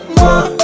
more